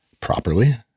properly